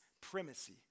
primacy